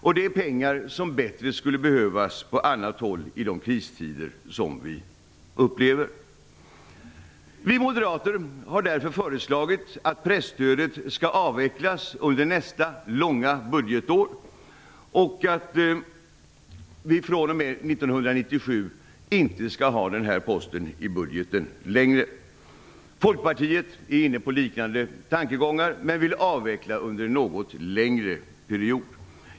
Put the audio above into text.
Det är pengar som bättre skulle behövas på annat håll i de kristider som vi upplever. Vi moderater har därför föreslagit att presstödet skall avvecklas under nästa långa budgetår och att vi fr.o.m. 1997 inte längre skall ha den här posten i budgeten. Folkpartiet är inne på liknande tankegångar men vill avveckla under något längre period.